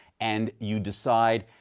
and you decide,